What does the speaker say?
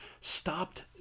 stopped